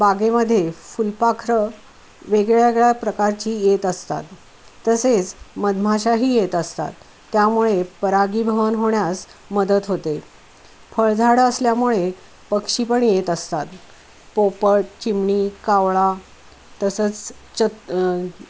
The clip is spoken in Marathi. बागेमध्ये फुलपाखरं वेगळ्यावेगळ्या प्रकारची येत असतात तसेच मधमाशाही येत असतात त्यामुळे परागीभवन होण्यास मदत होते फळझाडं असल्यामुळे पक्षी पण येत असतात पोपट चिमणी कावळा तसंच